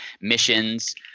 missions